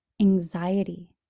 anxiety